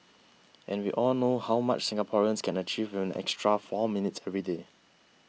and we all know how much Singaporeans can achieve with an extra four minutes every day